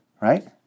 Right